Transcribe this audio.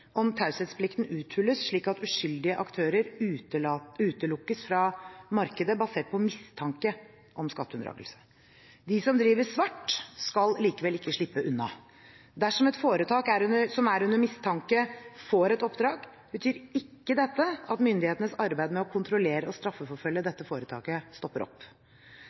om taushetsplikten uthules, slik at uskyldige aktører utelukkes fra markedet basert på mistanke om skatteunndragelser. De som driver svart, skal likevel ikke slippe unna. Dersom et foretak som er under mistanke, får et oppdrag, betyr ikke dette at myndighetenes arbeid med å kontrollere og straffeforfølge dette foretaket stopper opp.